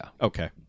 Okay